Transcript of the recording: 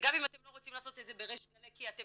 וגם אם אתם לא רוצים לעשות את זה בריש גלי כי אתם